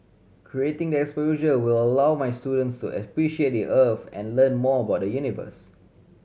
creating the exposure will allow my students to appreciate the Earth and learn more about the universe